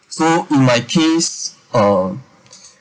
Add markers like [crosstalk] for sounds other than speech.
so my case uh [breath]